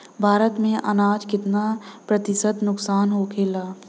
भारत में अनाज कितना प्रतिशत नुकसान होखेला?